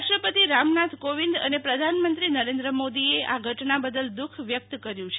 રાષ્ટ્રપતિ રામનાથ કોવિંદ અને પ્રધાનમંત્રી નરેન્દ્ર મોદીએ આ ઘટના બદલ દુઃખ વ્યક્ત કર્યું છે